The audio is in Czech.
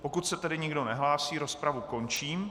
Pokud se tedy nikdo nehlásí, rozpravu končím.